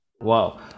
Wow